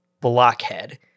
blockhead